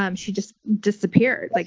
um she just disappeared. like,